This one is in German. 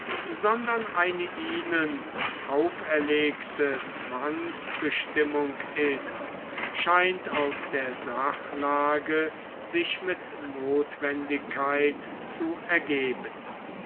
sondern eine ihnen auferlegte zwangsbestimmung ist scheint aus der sachlage sich mit notwendigkeit zu ergeben